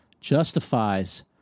justifies